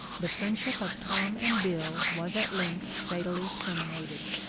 the friendship of tom and bill was at length fatally terminated.